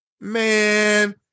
Man